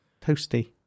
toasty